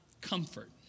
comfort